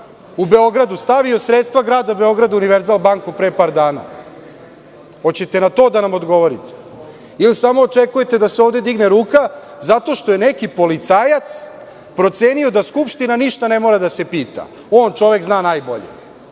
u Beogradu stavio sredstva Grada Beograda u „Univerzal banku“ pre par dana? Hoćete li na to da nam odgovorite ili samo očekujete da se ovde digne ruka zato što je neki policajac procenio da Skupština ništa ne mora da se pita? On čovek zna najbolje,